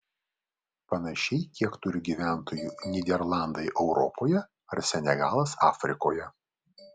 panašiai kiek turi gyventojų nyderlandai europoje ar senegalas afrikoje